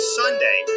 sunday